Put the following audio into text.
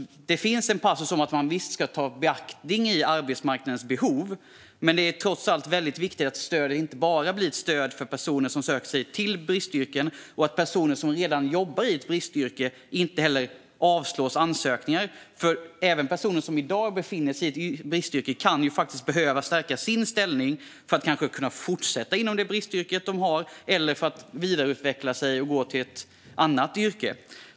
Det finns en passus om att man visst ska ta arbetsmarknadens behov i beaktande, men det är trots allt väldigt viktigt att det inte bara blir ett stöd för personer som söker sig till bristyrken. Det är också viktigt att ansökningar från personer som redan jobbar i ett bristyrke inte avslås, för även personer som i dag befinner sig i ett bristyrke kan behöva stärka sin ställning för att fortsätta inom det bristyrke de har eller vidareutveckla sig och gå till ett annat yrke.